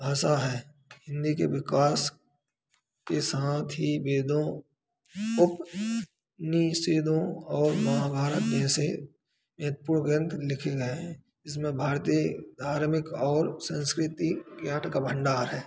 भाषा है हिन्दी के विकास के साथ ही वेदों उपनिषदों और महाभारत जैसे महत्वपूण ग्रंथ लिखे गए हैं इसमें भारतीय धार्मिक और संस्कृति ज्ञान का भंडार है